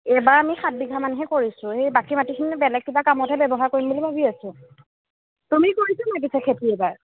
এইবাৰ আমি সাতবিঘামানহে কৰিছোঁ এই বাকী মাটিখিনি বেলেগ কিবা কামতহে ব্যৱহাৰ কৰিম বুলি ভাবি আছোঁ তুমি কৰিছা নেকি খেতি এইবাৰ